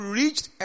reached